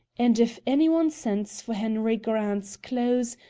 and if any one sends for henry grant's clothes,